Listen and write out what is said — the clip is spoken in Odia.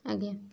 ଆଜ୍ଞା